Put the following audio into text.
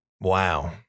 wow